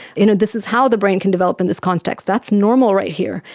you know this is how the brain can develop in this context, that's normal right here,